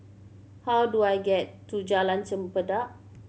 how do I get to Jalan Chempedak